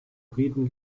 briten